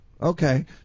Okay